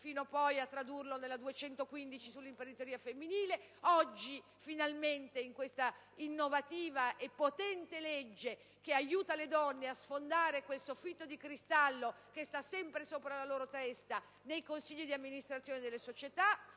fino poi a tradurlo nella legge n. 215 del 1992 sull'imprenditoria femminile, e oggi, finalmente, in questa innovativa e potente legge che aiuta le donne a sfondare quel soffitto di cristallo che sta sempre sopra la loro testa nei consigli di amministrazione delle società,